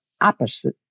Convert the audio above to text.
opposite